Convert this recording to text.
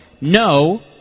no